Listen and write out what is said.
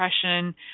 depression